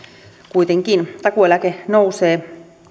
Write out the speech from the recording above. kuitenkin takuueläke nousee